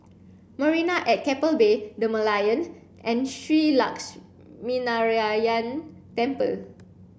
Marina at Keppel Bay The Merlion and Shree Lakshminarayanan Temple